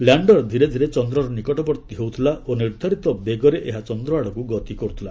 lander ଧୀରେ ଧୀରେ ଚନ୍ଦ୍ରର ନିକଟବର୍ତ୍ତୀ ହେଉଥିଲା ଓ ନିର୍ଦ୍ଧାରିତ ବେଗରେ ଏହା ଚନ୍ଦ୍ରଆଡ଼କୁ ଗତି କରୁଥିଲା